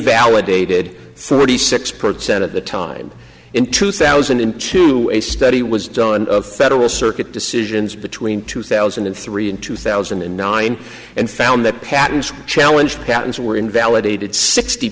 invalidated thirty six per cent of the time in two thousand and two a study was done of federal circuit decisions between two thousand and three and two thousand and nine and found that patents challenge patents were invalidated sixty